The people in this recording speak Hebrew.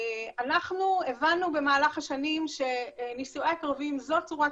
אנחנו הבנו במהלך השנים שנישואי קרובים זו צורת